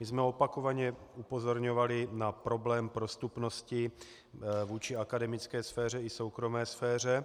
My jsme opakovaně upozorňovali na problém prostupnosti vůči akademické sféře i soukromé sféře.